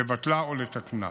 לבטלה או לתקנה.